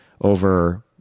over